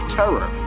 terror